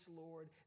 Lord